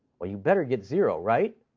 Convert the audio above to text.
well, you'd better get zero, right?